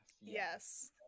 Yes